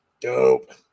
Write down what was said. dope